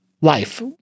life